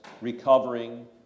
recovering